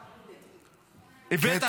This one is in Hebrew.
קטי,